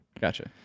Gotcha